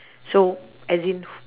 so as in wh~